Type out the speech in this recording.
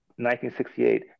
1968